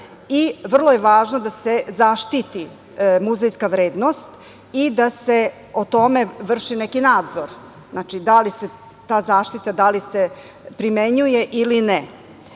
i vrlo je važno da se zaštiti muzejska vrednost i da se o tome vrši neki nadzor, da li se ta zaštita primenjuje ili